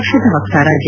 ಪಕ್ಷದ ವಕ್ತಾರ ಜಿ